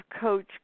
coach